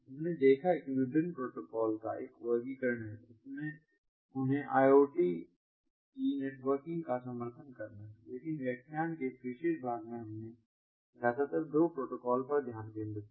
हमने देखा है कि विभिन्न प्रोटोकॉल का एक वर्गीकरण है कि उन्हें IoT की नेटवर्किंग का समर्थन करना है लेकिन व्याख्यान के इस विशेष भाग में हमने ज्यादातर दो प्रोटोकॉल पर ध्यान केंद्रित किया है